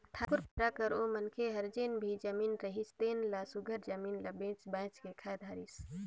ठाकुर पारा कर ओ मनखे हर जेन भी जमीन रिहिस तेन ल सुग्घर जमीन ल बेंच बाएंच के खाए धारिस